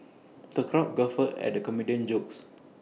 the crowd guffawed at the comedian's jokes